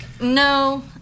No